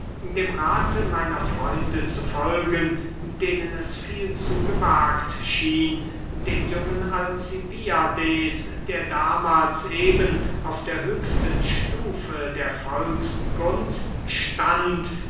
dem rathe meiner freunde zu folgen denen es zu viel gewagt schien den jungen alcibiades der damahls eben auf der höchsten stufe der volksgunst stand